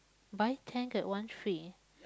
buy ten get one free